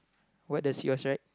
what does your right